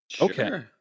Okay